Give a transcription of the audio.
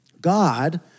God